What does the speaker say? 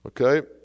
Okay